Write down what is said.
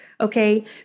Okay